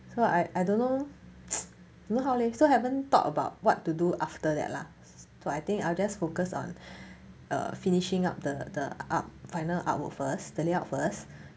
so I I don't know don't know how leh so haven't thought about what to do after that lah so I think I'll just focus on a finishing up the the ar~ final artwork first the layout first